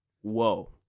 Whoa